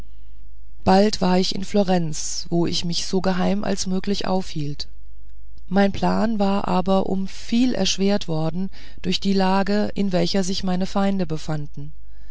bald war ich in florenz wo ich mich so geheim als möglich aufhielt mein plan war aber um viel erschwert worden durch die lage in welcher sich meine feinde befanden